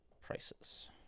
prices